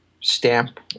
stamp